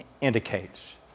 indicates